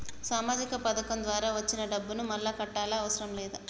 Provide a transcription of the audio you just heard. సామాజిక పథకం ద్వారా వచ్చిన డబ్బును మళ్ళా కట్టాలా అవసరం లేదా?